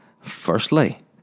firstly